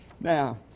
Now